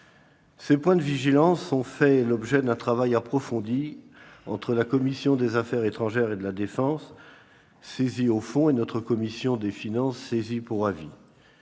Ces points de vigilance ont fait l'objet d'un travail approfondi entre la commission des affaires étrangères et de la défense, saisie au fond, et notre commission des finances, saisie pour avis.